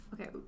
Okay